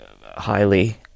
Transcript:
highly